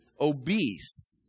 obese